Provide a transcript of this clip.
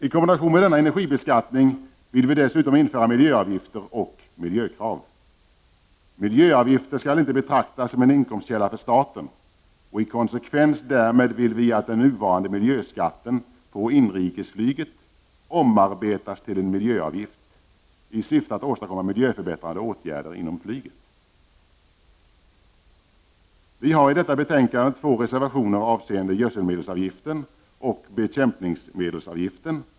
I kombination med denna energibeskattning vill vi dessutom införa miljöavgifter och miljökrav. Miljöavgifter skall inte betraktas som en inkomstkälla för staten. I konsekvens därmed vill vi att den nuvarande miljöskatten på inrikesflyget omarbetas till en miljöavgift i syfte att åstadkomma miljöförbättrande åtgärder inom flyget. Vi har i detta betänkande två reservationer avseende gödselmedelsavgiften och bekämpningsmedelsavgiften.